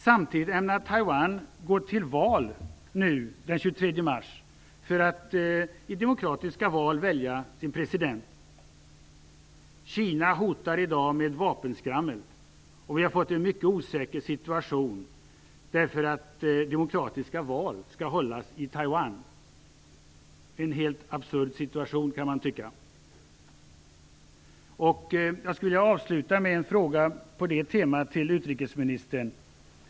Samtidigt ämnar Taiwan gå till val nu den 23 mars för att i demokratiska val välja sin president. Kina hotar i dag med vapenskrammel, och vi har fått en mycket osäker situation därför att demokratiska val skall hållas i Taiwan. Det är en helt absurd situation, kan man tycka. Jag skulle vilja avsluta med en fråga på det temat till utrikesministern.